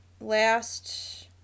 last